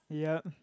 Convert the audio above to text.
yup